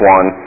One